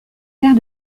père